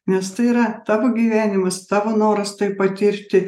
nes tai yra tavo gyvenimas tavo noras tai patirti